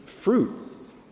fruits